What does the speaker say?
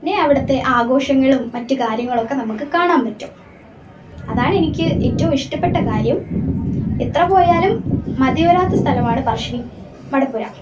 പിന്നെ അവിടത്തെ ആഘോഷങ്ങളും മറ്റ് കാര്യങ്ങളൊക്കെ നമുക്ക് കാണാൻ പറ്റും അതാണ് എനിക്ക് ഏറ്റോം ഇഷ്ടപ്പെട്ട കാര്യം എത്രപോയാലും മതി വരാത്ത സ്ഥലവാണ് പറശ്ശിനി മടപ്പുര